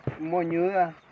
moñuda